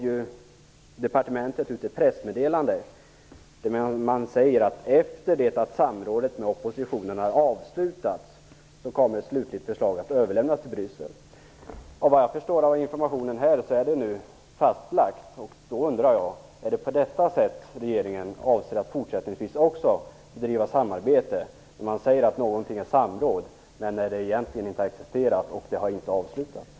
Sedan gav departementet ut ett pressmeddelande i vilket sades att efter det att samrådet med oppositionen har avslutats kommer ett slutligt förslag att överlämnas till Bryssel. Av vad jag förstår av informationen här i kammaren är detta nu fastlagt. Då undrar jag: Är det på detta sätt regeringen även fortsättningsvis avser att bedriva samarbete? Man kallar något för samråd, men något samråd har egentligen inte existerat, och frågan har inte avslutats.